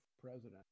president